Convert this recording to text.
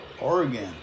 Oregon